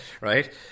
right